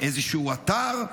איזשהו אתר?